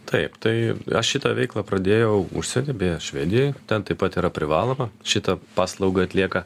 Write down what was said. taip tai aš šitą veiklą pradėjau užsienyj beje švedijoj ten taip pat yra privaloma šitą paslaugą atlieka